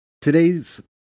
today's